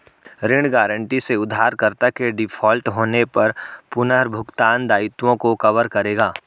ऋण गारंटी से उधारकर्ता के डिफ़ॉल्ट होने पर पुनर्भुगतान दायित्वों को कवर करेगा